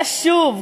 שוב,